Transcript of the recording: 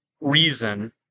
reason